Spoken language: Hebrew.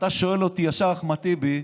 אתה שואל אותי ישר, אחמד טיבי,